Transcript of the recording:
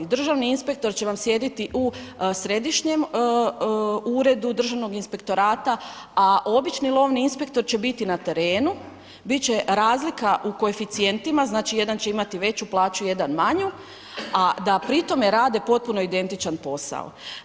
Državni inspektor će vam sjediti u Središnjem uredu Državnog inspektorata a obični lovni inspektor će biti na terenu, bit će razlika u koeficijentima, znači jedan će imati veću plaću, jedan manju, a da pri tome rade potpuno identičan posao.